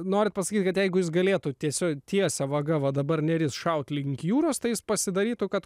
norite pasakyti kad jeigu jis galėtų tiesiog ties savo galva dabar neris šauti link jūros tai jis pasidarytų kad